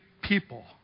people